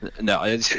No